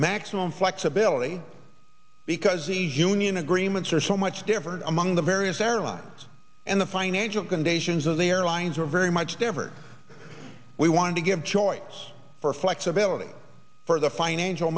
maximum flexibility because these union agreements are so much different among the various airlines and the financial conditions of the airlines were very much standard we wanted to give choice for flexibility for the financial